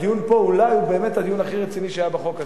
הדיון פה אולי הוא באמת הדיון הכי רציני שהיה בחוק הזה,